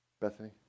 Bethany